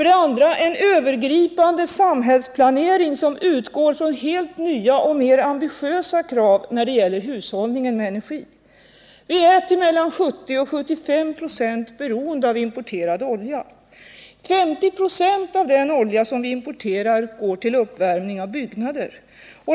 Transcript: Det krävs en övergripande samhällsplanering som utgår från helt nya och mera ambitiösa krav när det gäller hushållningen med energi. Vi är till mellan 70 och 75 96 beroende av importerad olja. 50 96 av den olja som vi importerar går till uppvärmning av byggnader.